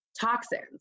toxins